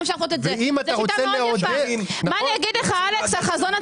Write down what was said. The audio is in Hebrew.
אני מבינה, אלכס.